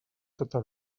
tota